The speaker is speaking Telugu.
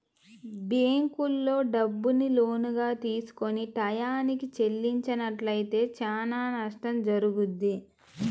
బ్యేంకుల్లో డబ్బుని లోనుగా తీసుకొని టైయ్యానికి చెల్లించనట్లయితే చానా నష్టం జరుగుద్ది